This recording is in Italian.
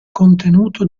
contenuto